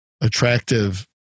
attractive